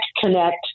connect